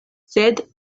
sed